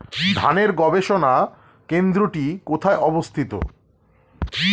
ধানের গবষণা কেন্দ্রটি কোথায় অবস্থিত?